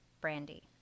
brandy